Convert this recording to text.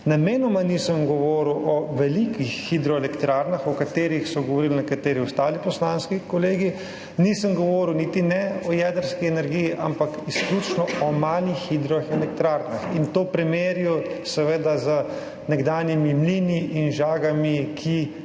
Namenoma nisem govoril o velikih hidroelektrarnah, o katerih so govorili nekateri ostali poslanski kolegi, nisem govoril niti o jedrski energiji, ampak izključno o malih hidroelektrarnah in to primerjal seveda z nekdanjimi mlini in žagami, ki